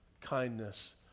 kindness